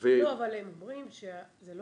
ועל